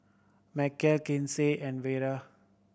Macel Kinsey and Vera